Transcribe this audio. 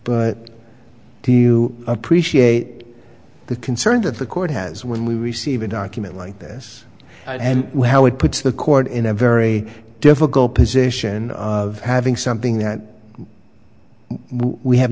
but do you appreciate the concern that the court has when we receive a document like this and how it puts the court in a very difficult position of having something that we have